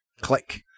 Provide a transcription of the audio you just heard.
click